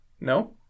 No